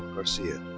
garcia.